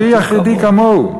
"ותהי אחריתי כמֹהו".